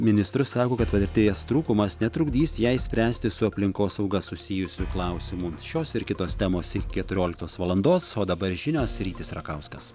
ministrus sako kad patirties trūkumas netrukdys jai spręsti su aplinkosauga susijusių klausimų šios ir kitos temos iki keturioliktos valandos o dabar žinios rytis rakauskas